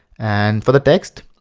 and for the text,